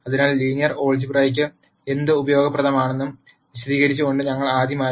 അതിനാൽ ലീനിയർ ആൾജിബ്രയ്ക്ക് എന്ത് ഉപയോഗപ്രദമാണെന്ന് വിശദീകരിച്ചുകൊണ്ട് ഞങ്ങൾ ആദ്യം ആരംഭിക്കുന്നു